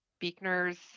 beekner's